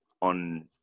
on